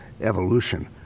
evolution